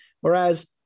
Whereas